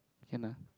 can lah